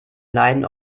leiden